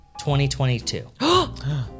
2022